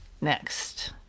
next